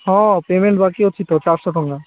ହଁ ପେମେଣ୍ଟ୍ ବାକି ଅଛି ତ ଚାରିଶହ ଟଙ୍କା